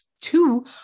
two